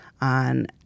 on